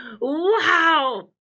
Wow